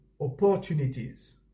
opportunities